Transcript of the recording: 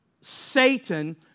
Satan